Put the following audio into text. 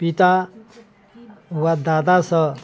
पिता वा दादा सऽ